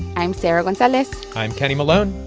i'm sarah gonzalez i'm kenny malone.